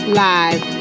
live